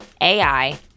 AI